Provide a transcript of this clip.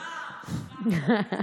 כבר, כבר.